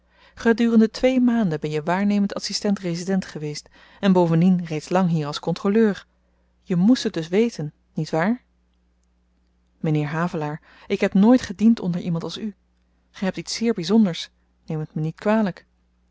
gedurende twee maanden ben je waarnemend adsistent resident geweest en bovendien reeds lang hier als kontroleur je moest het dus weten niet waar m'nheer havelaar ik heb nooit gediend onder iemand als u ge hebt iets zeer byzonders neem het me niet kwalyk